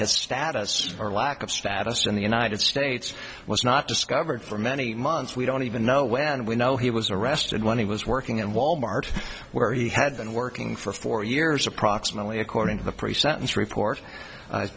his status or lack of status in the united states was not discovered for many months we don't even know when we know he was arrested when he was working in wal mart where he had been working for four years approximately according to the pre sentence report